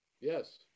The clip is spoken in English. Yes